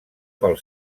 pel